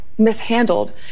mishandled